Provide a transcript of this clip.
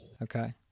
Okay